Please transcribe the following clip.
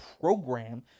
program